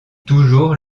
toujours